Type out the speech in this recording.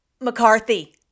McCarthy